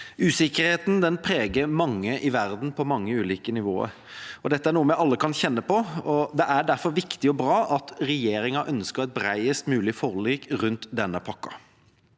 Usikkerheten preger mange i verden på mange ulike nivåer. Dette er noe vi alle kan kjenne på. Det er derfor viktig og bra at regjeringa ønsker et bredest mulig forlik rundt denne pakken.